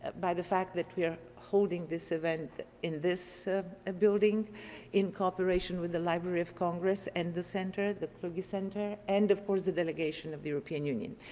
by the fact that we are holding this event in this ah building in cooperation with the library of congress and the center, the kluge center and, of course, the delegation of the european union.